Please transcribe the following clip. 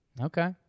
Okay